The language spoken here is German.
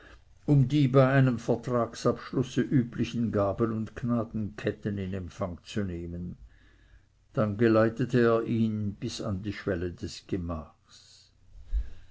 um die bei einem vertragsabschlusse üblichen gaben und gnadenketten in empfang zu nehmen dann geleitete er ihn bis an die schwelle des gemaches